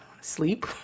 sleep